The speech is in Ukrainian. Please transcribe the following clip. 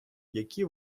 які